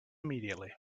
immediately